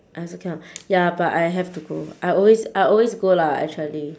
I also cannot ya but I have to go I always I always go lah actually